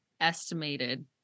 estimated